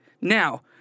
now